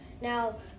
Now